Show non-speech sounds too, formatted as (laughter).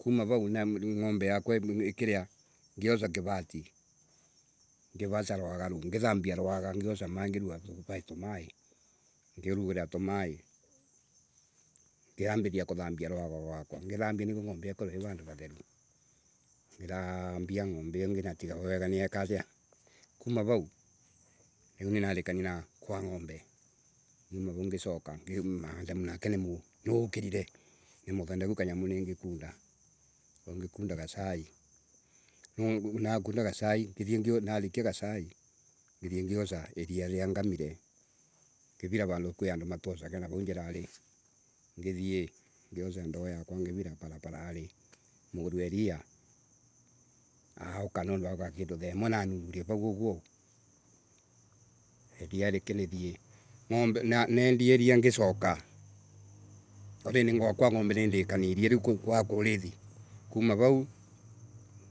Kuuma vau. ng’ombe yakwa ikiria ngoca kivati. ngithambia rwaga. ngioca maingivaii tumaii. ngirugurira tumaii ngambiriria kuthambia rwaga. Ngithambia niguo ng’ombe iyoikorwe ii vandu vatheru. Ngithaambia ngitiga ng’ombe iyo niyekatia kuumavau riu ninarikania na kwa ng’ombe. Ngiuma vau ngicoka (unintelligible) nuakirire nimuthondeku kanyamu niingikunda. Koguo ngikunda gacai. Nariia gacai ngithie ngioca iria ngamire. Ndirira vandukwiandu matwocagira navau njirari. Ngithie. ngioca ndoo yakwa ngivira baraparari. Mundu wa ina agauka nomdu agauka thha imwe na nuthu vau uguo. Iria rikinathie. Nenda iria ngicoka (noise) already kwa ng’ombe nindikanirie kwa kurithi kuma vau